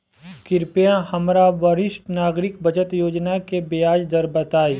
कृपया हमरा वरिष्ठ नागरिक बचत योजना के ब्याज दर बताई